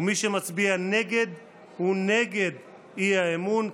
ומי שמצביע נגד הוא נגד האי-אמון,